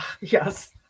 yes